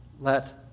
let